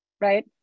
right